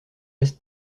est